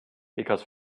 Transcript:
because